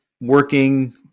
working